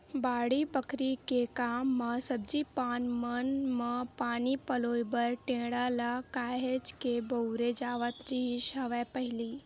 बाड़ी बखरी के काम म सब्जी पान मन म पानी पलोय बर टेंड़ा ल काहेच के बउरे जावत रिहिस हवय पहिली